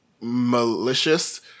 malicious